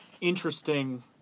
interesting